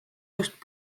just